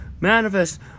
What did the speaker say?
Manifest